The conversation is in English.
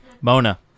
Mona